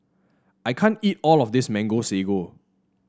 I can't eat all of this Mango Sago